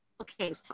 Okay